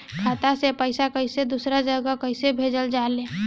खाता से पैसा कैसे दूसरा जगह कैसे भेजल जा ले?